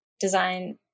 design